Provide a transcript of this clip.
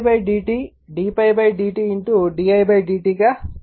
కాబట్టి d ∅ d t d ∅ d i d i d t గా వ్రాయవచ్చు